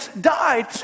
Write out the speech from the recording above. died